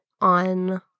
on